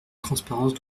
transparence